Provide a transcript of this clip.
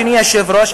אדוני היושב-ראש,